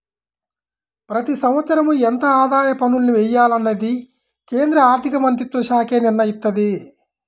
ప్రతి సంవత్సరం ఎంత ఆదాయ పన్నుల్ని వెయ్యాలనేది కేంద్ర ఆర్ధికమంత్రిత్వశాఖే నిర్ణయిత్తది